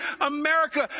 America